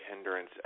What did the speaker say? hindrance